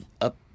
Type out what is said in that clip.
up